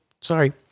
Sorry